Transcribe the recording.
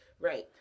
Right